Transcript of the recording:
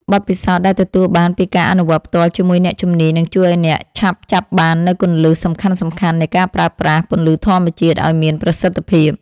បទពិសោធន៍ដែលទទួលបានពីការអនុវត្តផ្ទាល់ជាមួយអ្នកជំនាញនឹងជួយឱ្យអ្នកឆាប់ចាប់បាននូវគន្លឹះសំខាន់ៗនៃការប្រើប្រាស់ពន្លឺធម្មជាតិឱ្យមានប្រសិទ្ធភាព។